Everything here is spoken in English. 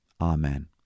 Amen